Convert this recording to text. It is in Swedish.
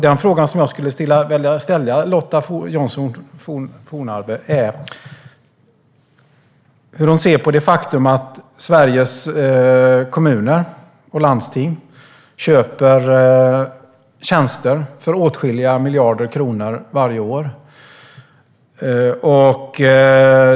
Jag vill ställa en fråga till Lotta Johnsson Fornarve angående det faktum att Sveriges kommuner och landsting köper tjänster för åtskilliga miljarder kronor varje år.